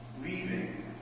Leaving